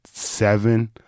Seven